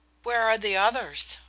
where are the others?